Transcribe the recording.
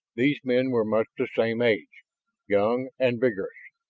these men were much the same age young and vigorous.